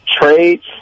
Trades